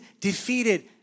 defeated